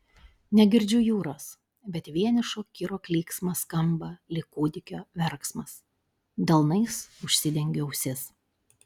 negirdžiu jūros bet vienišo kiro klyksmas skamba lyg kūdikio verksmas delnais užsidengiu ausis